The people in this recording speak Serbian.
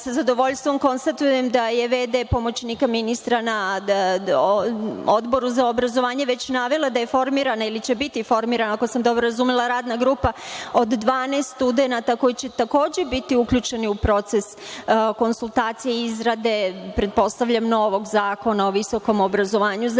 Sa zadovoljstvom konstatujem da je v.d. pomoćnika ministra na Odboru za obrazovanje već navela da je formirana ili će biti formirana, ako sam dobro razumela, radna grupa od 12 studenata koji će takođe biti uključeni u proces konsultacije izrade pretpostavljam novog zakona o visokom obrazovanju.